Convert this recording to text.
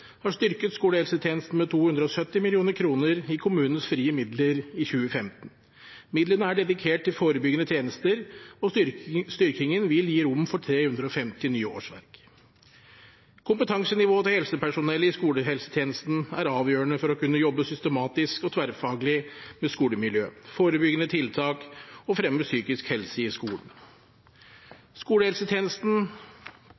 har styrket skolehelsetjenesten med 270 mill. kr i kommunenes frie midler i 2015. Midlene er dedikert til forebyggende tjenester, og styrkingen vil gi rom for 350 nye årsverk. Kompetansenivået til helsepersonellet i skolehelsetjenesten er avgjørende for å kunne jobbe systematisk og tverrfaglig med skolemiljø, forebyggende tiltak og fremme av psykisk helse i skolen. Skolehelsetjenesten